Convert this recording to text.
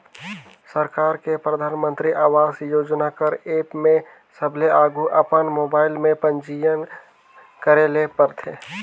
सरकार के परधानमंतरी आवास योजना कर एप में सबले आघु अपन मोबाइल में पंजीयन करे ले परथे